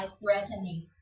threatening